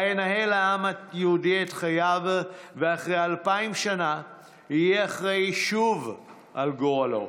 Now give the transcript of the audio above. שבה ינהל העם היהודי את חייו ואחרי אלפיים שנה יהיה אחראי שוב לגורלו.